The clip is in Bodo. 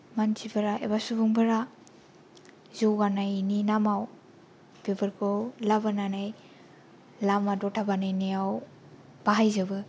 मानसिफोरा एबा सुबुंफोरा जौगानायनि नामाव बेफोरखौ लाबोनानै लामा दथा बानायनायाव बाहायोजोबो